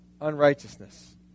unrighteousness